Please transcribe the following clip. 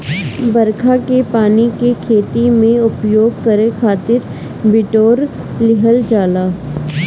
बरखा के पानी के खेती में उपयोग करे खातिर बिटोर लिहल जाला